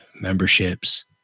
memberships